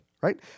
right